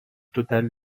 total